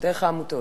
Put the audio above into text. דרך העמותות.